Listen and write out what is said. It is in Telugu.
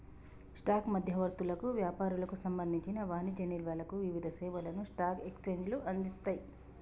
స్టాక్ మధ్యవర్తులకు, వ్యాపారులకు సంబంధించిన వాణిజ్య నిల్వలకు వివిధ సేవలను స్టాక్ ఎక్స్చేంజ్లు అందిస్తయ్